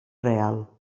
real